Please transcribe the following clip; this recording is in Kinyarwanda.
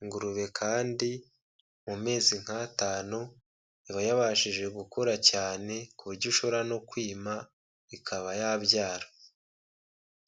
ingurube kandi mu mezi nk'atanu iba yabashije gukura cyane ku buryo ishobora no kwima ikaba yabyara.